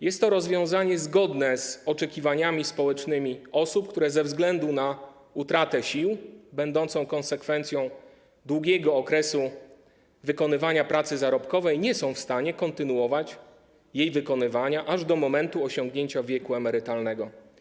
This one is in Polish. Jest to rozwiązanie zgodne z oczekiwaniami społecznymi osób, które ze względu na utratę sił będącą konsekwencją długiego okresu wykonywania pracy zarobkowej nie są w stanie kontynuować jej wykonywania aż do momentu osiągnięcia wieku emerytalnego.